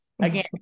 again